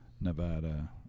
Nevada